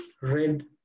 red